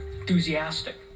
enthusiastic